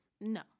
No